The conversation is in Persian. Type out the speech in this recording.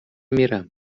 میرم